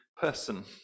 person